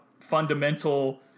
fundamental